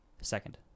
Second